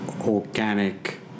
organic